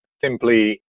simply